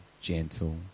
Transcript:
gentle